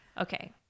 okay